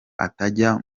atajya